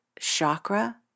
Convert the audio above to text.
chakra